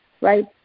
right